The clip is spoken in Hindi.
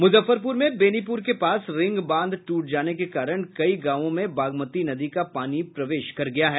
मुजफ्फरपुर में बेनीपुर के पास रिंग बांध टूट जाने के कारण कई गाँवों में बागमती नदी का पानी प्रवेश कर गया है